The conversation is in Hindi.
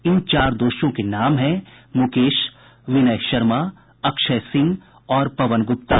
इन चार दोषियों के नाम हैं मुकेश विनय शर्मा अक्षय सिंह और पवन गुप्ता